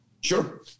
Sure